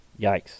Yikes